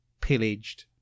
pillaged